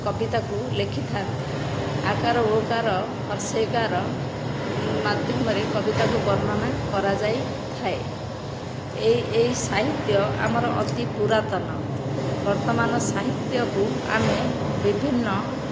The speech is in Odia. କବିତାକୁ ଲେଖିଥାନ୍ତି ଆ କାର ଓ କାର ହର୍ଷେଇ କାର ମାଧ୍ୟମରେ କବିତାକୁ ବର୍ଣ୍ଣନା କରାଯାଇଥାଏ ଏହି ଏହି ସାହିତ୍ୟ ଆମର ଅତି ପୁରାତନ ବର୍ତ୍ତମାନ ସାହିତ୍ୟକୁ ଆମେ ବିଭିନ୍ନ